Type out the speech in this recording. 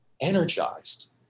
energized